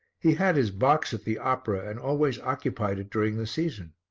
he had his box at the opera and always occupied it during the season.